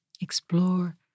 Explore